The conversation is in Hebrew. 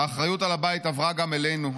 האחריות על הבית עברה גם אלינו.